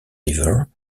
river